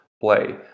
play